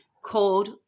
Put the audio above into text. called